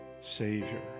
Savior